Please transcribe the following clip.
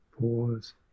Pause